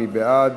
מי בעד?